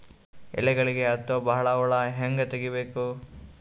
ಎಲೆಗಳಿಗೆ ಹತ್ತೋ ಬಹಳ ಹುಳ ಹಂಗ ತೆಗೀಬೆಕು?